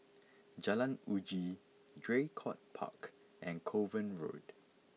Jalan Uji Draycott Park and Kovan Road